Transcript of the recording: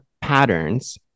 patterns